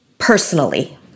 Personally